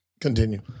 Continue